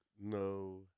No